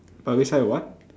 publicise what